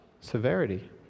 severity